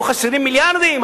יהיו חסרים מיליארדים,